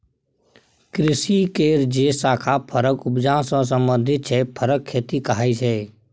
कृषि केर जे शाखा फरक उपजा सँ संबंधित छै फरक खेती कहाइ छै